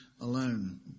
alone